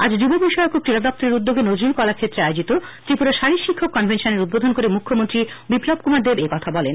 আজ যুব বিষয়ক ও ক্রীড়া দপ্তরের উদ্যোগে নজরুল কলাক্ষেত্রে আয়োজিত ত্রিপুরা শারীর শিক্ষক কনভেনশন এর উদ্বোধন করে মুখ্যমন্ত্রী বিপ্লব কুমার দেব একথা বলেন